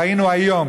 ראינו היום